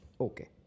okay